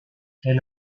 elle